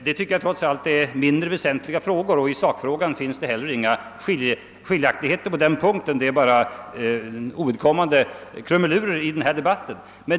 Detta är trots allt mindre väsentliga frågor, och i sakfrågan finns det heller inga skiljaktigheter på den punkten. Detta är bara ovidkommande krumelurer i den här debatten.